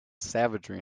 savagery